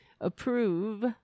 approve